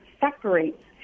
separates